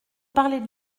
parlez